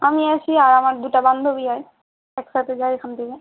আমি আছি আর আমার দুটা বান্ধবী যায় একসাথে যাই এখান থেকে